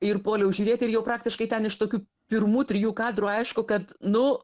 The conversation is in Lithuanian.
ir puoliau žiūrėt ir jau praktiškai ten iš tokių pirmų trijų kadrų aišku kad nu